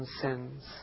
sins